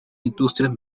industrias